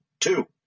two